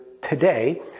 today